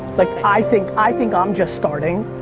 like i think, i think i'm just starting,